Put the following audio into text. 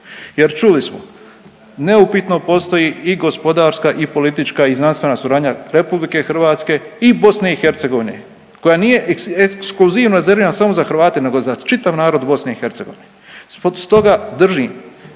Jer, čuli smo, neupitno postoji i gospodarska i politička i znanstvena suradnja RH i BiH koja nije ekskluzivno rezervirana samo za Hrvate nego za čitav narod BiH. Stoga držim